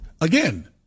again